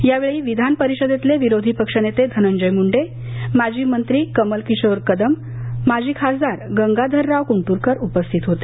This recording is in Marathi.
यावेळी विधान परिषदेतले विरोधी पक्षनेते धनजय मुंडे माजी मंत्री कमलकिशोर कदम माजी खासदार गंगाधरराव कुंट्रकर उपस्थित होते